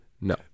No